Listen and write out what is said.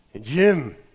Jim